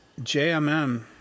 JMM